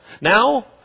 Now